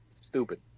Stupid